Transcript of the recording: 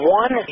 one